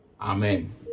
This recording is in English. amen